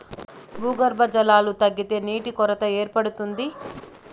భూగర్భ జలాలు తగ్గితే నీటి కొరత ఏర్పడుతుంది